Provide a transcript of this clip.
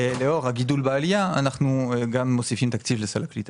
לאור הגידול בעלייה אנחנו גם מוסיפים כאן תקציב לסל הקליטה.